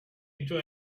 into